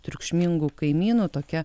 triukšmingų kaimynų tokia